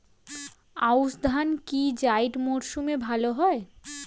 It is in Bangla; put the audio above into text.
আউশ ধান কি জায়িদ মরসুমে ভালো হয়?